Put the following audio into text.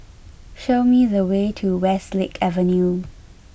show me the way to Westlake Avenue